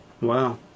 Wow